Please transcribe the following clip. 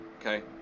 okay